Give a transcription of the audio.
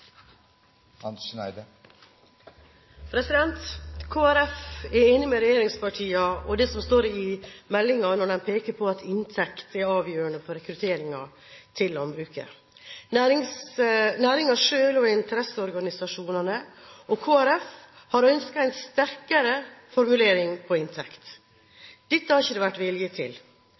enig med regjeringspartiene og det som står i meldingen, når det pekes på at inntekt er avgjørende for rekrutteringen til landbruket. Næringen selv, interesseorganisasjonene og Kristelig Folkeparti har ønsket en sterkere formulering når det gjelder inntekt. Dette har det ikke vært vilje til. Vi har en følelse av at det har vært